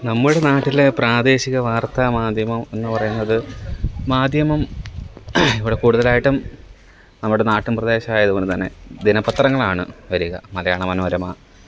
നമ്മുടെ നാട്ടിലെ പ്രാദേശിക വാര്ത്താ മാധ്യമം എന്ന് പറയുന്നത് മാധ്യമം ഇവിടെ കൂട്തലായിട്ടും അവടെ നാട്ടുംപ്രദേശായത്കൊണ്ട് തന്നെ ദിന പത്രങ്ങളാണ് വരിക മലയാള മനോരമ